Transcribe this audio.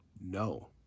No